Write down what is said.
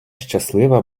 щаслива